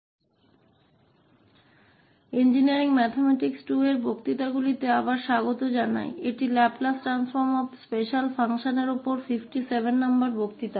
इसलिए इंजीनियरिंग गणित II पर व्याख्यान में आपका स्वागत है और यह विशेष कार्यों के लैपलेस परिवर्तन पर व्याख्यान संख्या 57 है